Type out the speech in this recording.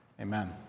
Amen